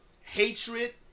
hatred